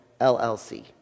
LLC